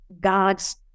God's